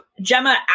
Gemma